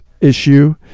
issue